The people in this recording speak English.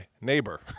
neighbor